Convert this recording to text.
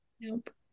Nope